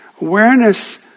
Awareness